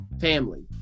family